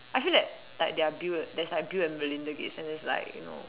I feel that like their Bill there's like Bill and Melinda Gates and there's like you know